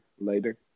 later